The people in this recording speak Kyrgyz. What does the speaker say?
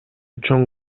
чоң